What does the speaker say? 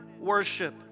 worship